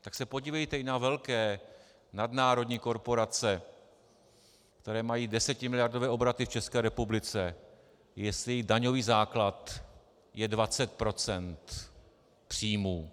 Tak se podívejte i na velké nadnárodní korporace, které mají desetimiliardové obraty v České republice, jestli daňový základ je 20 % příjmů.